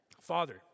Father